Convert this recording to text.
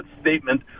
statement